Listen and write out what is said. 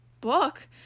book